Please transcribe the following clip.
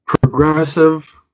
progressive